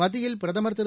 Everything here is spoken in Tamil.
மத்தியில் பிரதம் திரு